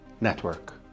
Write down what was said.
network